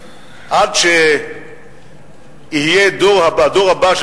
עד שיהיה הדור הבא,